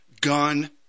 gun